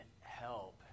help